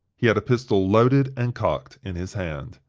he had a pistol loaded and cocked in his hand.